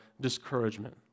discouragement